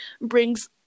brings